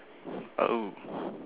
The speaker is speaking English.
hello